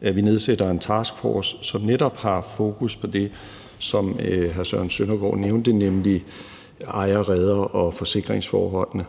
at vi nedsætter en taskforce, som netop har fokus på det, som hr. Søren Søndergaard nævnte, nemlig ejer-, reder- og forsikringsforholdene.